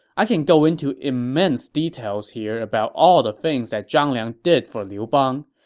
i can go into immense details here about all the things that zhang liang did for liu bang,